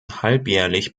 halbjährlich